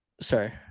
sorry